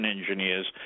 engineers